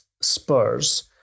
Spurs